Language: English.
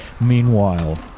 Meanwhile